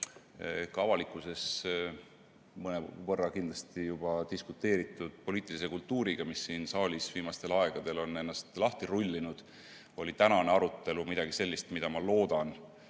ka avalikkuses mõnevõrra kindlasti juba diskussiooni tekitanud poliitilise kultuuriga, mis siin saalis viimastel aegadel on ennast lahti rullinud, oli tänane arutelu midagi sellist, mida, ma loodan,